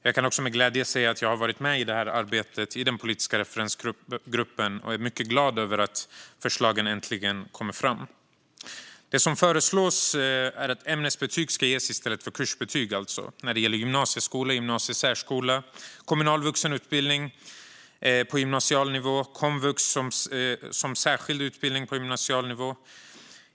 Jag kan med glädje säga att jag har varit med i arbetet i den politiska referensgruppen, och jag är mycket glad över att förslagen äntligen kommer fram. Det som föreslås är att ämnesbetyg ska ges i stället för kursbetyg när det gäller gymnasieskola, gymnasiesärskola, kommunal vuxenutbildning på gymnasial nivå och komvux som särskild utbildning på gymnasial nivå.